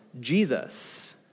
Jesus